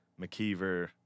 McKeever